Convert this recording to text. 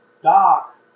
Doc